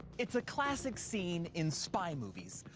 it's a classic scene in spy movies.